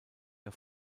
der